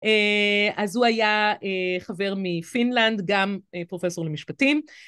אז הוא היה חבר מפינלנד, גם פרופסור למשפטים.